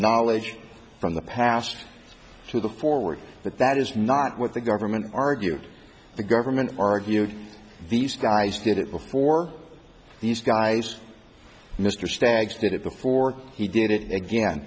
knowledge from the past to the forward but that is not what the government argued the government argued these guys did it before these guys mr stagg's did it before he did it again